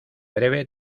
breve